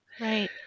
right